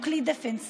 הוא כלי דפנסיבי.